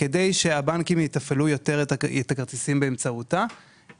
כדי שהבנקים יתפעלו יותר את הכרטיסים באמצעותה.